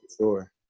sure